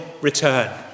return